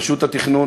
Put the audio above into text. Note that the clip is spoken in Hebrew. אני לא במקרה כאן.